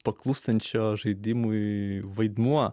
paklūstančio žaidimui vaidmuo